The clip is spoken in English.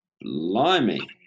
Blimey